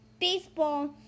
baseball